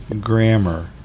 grammar